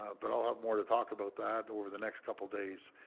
ah but i will have more to talk about that over the next couple of days.